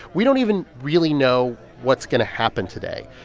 we don't even really know what's going to happen today.